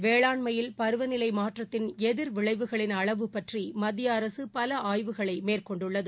வேளாண்மையில் பருவநிலைமாற்றத்தின் எதிர் விளைவுகளின் அளவு பற்றிமத்திய அரசுபல ஆய்வுகளை மேற்கொண்டுள்ளது